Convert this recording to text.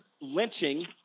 lynching